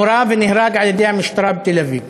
נורה ונהרג על-ידי המשטרה בתל-אביב.